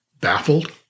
baffled